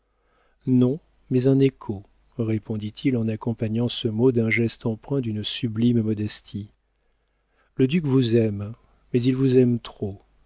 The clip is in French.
non mais un écho répondit-il en accompagnant ce mot d'un geste empreint d'une sublime modestie le duc vous aime mais il vous aime trop